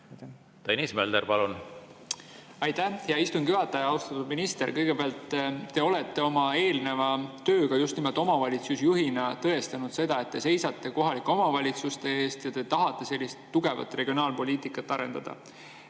Tõnis Mölder, palun! Aitäh, hea istungi juhataja! Austatud minister! Kõigepealt, te olete oma eelneva tööga just nimelt omavalitsusjuhina tõestanud, et te seisate kohalike omavalitsuste eest ja tahate tugevat regionaalpoliitikat arendada.